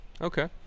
okay